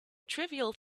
trivial